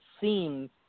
seems